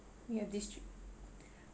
we have these three